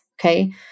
okay